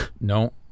No